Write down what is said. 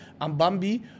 Ambambi